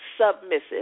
submissive